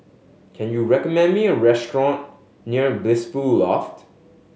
can you recommend me a restaurant near Blissful Loft